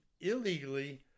illegally